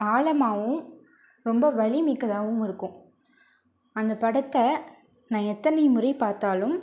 ஆழமாகவும் ரொம்பவும் வலிமிக்கதாகவும் இருக்கும் அந்த படத்தை நான் எத்தனை முறை பார்த்தாலும்